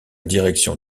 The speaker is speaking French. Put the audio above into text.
direction